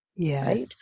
yes